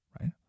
right